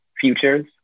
futures